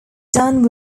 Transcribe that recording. done